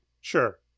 Sure